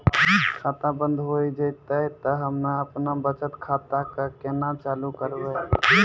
खाता बंद हो जैतै तऽ हम्मे आपनौ बचत खाता कऽ केना चालू करवै?